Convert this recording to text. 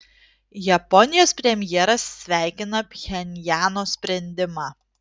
japonijos premjeras sveikina pchenjano sprendimą